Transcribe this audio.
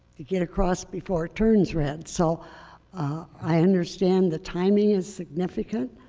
to get across before it turns red. so i understand the timing is significant.